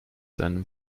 seinem